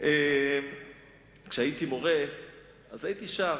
כשהייתי מורה הייתי שר.